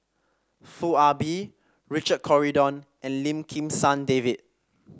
Foo Ah Bee Richard Corridon and Lim Kim San David